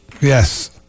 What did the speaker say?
Yes